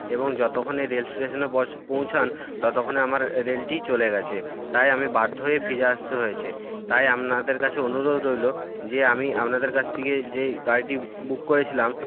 এবং যতক্ষণে রেলস্টেশনে পৌঁছান ততক্ষণে আমার রেলটি চলে গেছে তাই আমি বাধ্য হয়ে ফিরে আসতে হয়েছে তাই আপনাদের কাছে অনুরোধ রইল যে আমি আপনাদের কাছ থেকে যে গাড়িটি বুক করেছিলাম